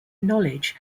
knowledge